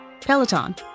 Peloton